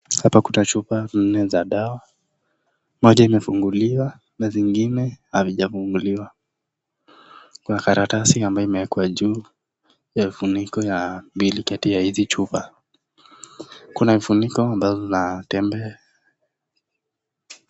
Hapa kuna chupa nne za dawa. Moja imefunguliwa na zingine havijafunguliwa. Kuna karatasi ambayo imewekwa juu ya vifuniko ya mbili kati ya hizi chupa. Kuna vifuniko ambazo zina tembe.